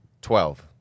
Twelve